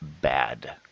bad